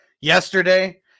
yesterday